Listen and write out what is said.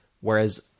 Whereas